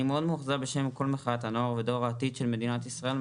אני מאוד מאוכזב בשם כל מחאת הנוער ודור העתיד של מדינת ישראל,